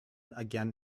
again